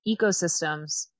ecosystems